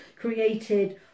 created